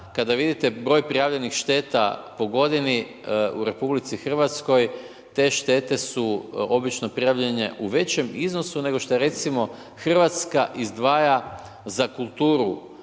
kada vidite broj prijavljenih šteta po godini u RH te štete su obično prijavljene u većem iznosu nego što recimo Hrvatska izdvaja za kulturu